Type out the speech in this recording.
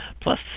Plus